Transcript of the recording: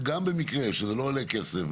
גם במקרה שזה לא עולה כסף,